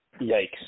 yikes